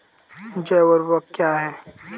जैव ऊर्वक क्या है?